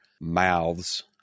mouths